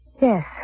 Yes